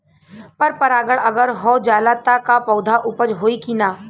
पर परागण अगर हो जाला त का पौधा उपज होई की ना?